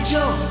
Joe